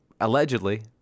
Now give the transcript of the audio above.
allegedly